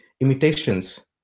imitations